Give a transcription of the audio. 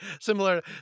Similar